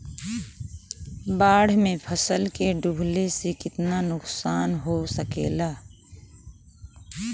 बाढ़ मे फसल के डुबले से कितना नुकसान हो सकेला?